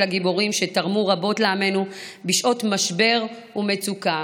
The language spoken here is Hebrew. הגיבורים שתרמו רבות לעמנו בשעות משבר ומצוקה.